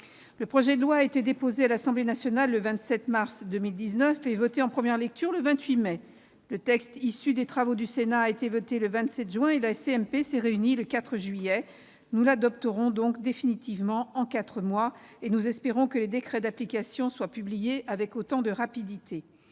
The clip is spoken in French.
Le projet de loi a été déposé sur le bureau de l'Assemblée nationale le 27 mars 2019 et voté en première lecture le 28 mai. Le texte issu des travaux du Sénat a été voté le 27 juin, et la CMP s'est réunie le 4 juillet. Nous l'aurons donc adopté définitivement en quatre mois. Nous espérons que les décrets d'application seront publiés avec autant de rapidité.